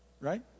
right